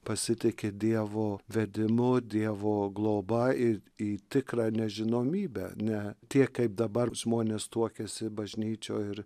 pasitiki dievo vedimu dievo globa į į tikrą nežinomybę ne tie kaip dabar žmonės tuokiasi bažnyčioj ir